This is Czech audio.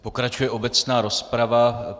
Pokračuje obecná rozprava.